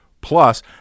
Plus